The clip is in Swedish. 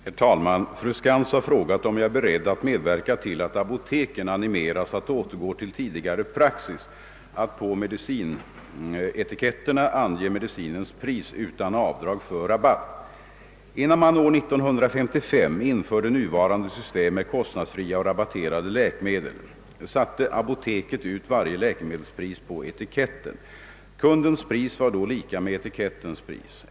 Herr talman! Fru Skantz har frågat, om jag är beredd att medverka till att apoteken animeras att återgå till tidigare praxis att på medicinetiketterna ange medicinens pris utan avdrag för rabatt. Innan man år 1955 införde nuvarande system med kostnadsfria och rabatterade läkemedel satte apoteket ut varje läkemedels pris på etiketten. Kundens pris var då lika med etikettens pris.